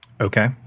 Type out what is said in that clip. Okay